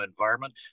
environment